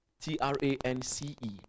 T-R-A-N-C-E